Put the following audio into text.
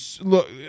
look